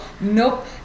nope